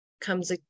comes